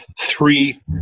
three